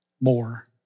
more